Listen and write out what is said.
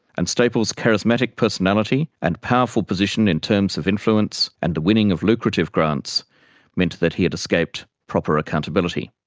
and stapel's charismatic personality and powerful position in terms of influence and the winning of lucrative grants meant that he had escaped proper accountability.